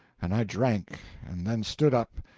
and i drank and then stood up,